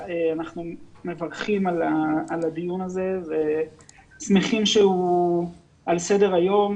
אנחנו מברכים על הדיון הזה ושמחים שהוא על סדר היום.